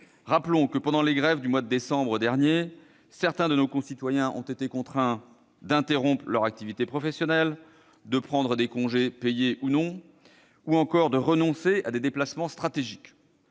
Rappelons que, pendant les grèves du mois de décembre dernier, certains de nos concitoyens ont été contraints d'interrompre leur activité professionnelle, de prendre des congés- payés ou non -ou de renoncer à des déplacements stratégiques.